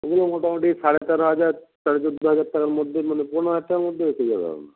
ওগুলো মোটামুটি সাড়ে তেরো হাজার সাড়ে চোদ্দো হাজার টাকার মধ্যে মানে পনেরো হাজার টাকার মধ্যে এসে যাবে আপনার